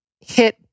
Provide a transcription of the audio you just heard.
hit